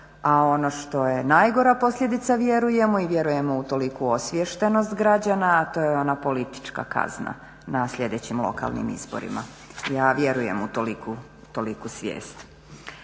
a ono što je najgora posljedica vjerujemo i vjerujemo u toliku osviještenost građana, a to je ona politička kazna na sljedećim lokalnim izborima. Ja vjerujem u toliku svijest.